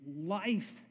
life